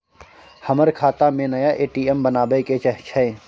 हमर खाता में नया ए.टी.एम बनाबै के छै?